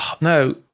No